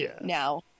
now